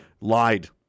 lied